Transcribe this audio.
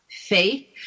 Faith